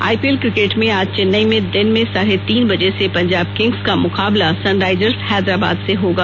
आई P L cricket में आज चेन्नई में दिन में साढ़े तीन बजे से पंजाब किंग्स का मुकाबला सनराइजर्स हैदराबाद से होगा